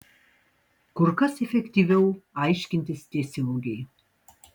kur kas efektyviau aiškintis tiesiogiai